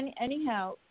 anyhow